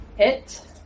hit